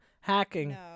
hacking